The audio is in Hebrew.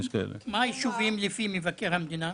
מה הם הישובים לפי מבקר המדינה?